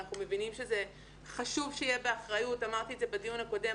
אנחנו מבינים שחשוב שזה יהיה באחריות אמרתי בדיון הקודם,